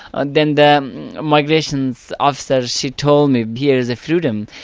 and then the migration so officer, she told me here is freedom.